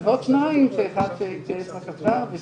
גם ברמב"ם, גם בעוד עשרות בתי חולים.